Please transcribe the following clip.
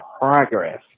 progress